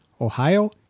Ohio